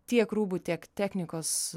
tiek rūbų tiek technikos